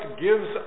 gives